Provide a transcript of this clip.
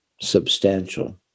substantial